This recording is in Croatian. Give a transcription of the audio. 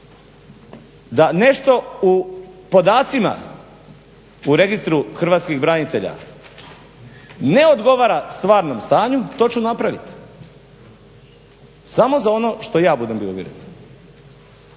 da nešto u podacima u Registru hrvatskih branitelja ne odgovara stvarnom stanju to ću napravit. Samo za ono što ja budem bio uvjeren.